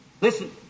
listen